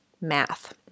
math